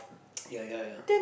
ya ya ya